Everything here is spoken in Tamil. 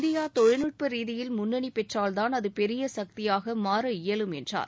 இந்தியா தொழில்நுட்ப ரீதியில் முன்னணி பெற்றால்தான் அது பெரிய சக்தியாக மாற இயலும் என்றார்